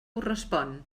correspon